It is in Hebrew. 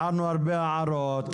הערנו הרבה הערות,